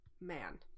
Man